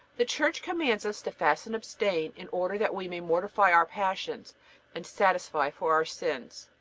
the church commands us to fast and abstain, in order that we may mortify our passions and satisfy for our sins.